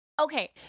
okay